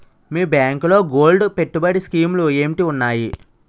మీ బ్యాంకులో గోల్డ్ పెట్టుబడి స్కీం లు ఏంటి వున్నాయి?